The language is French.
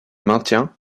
maintient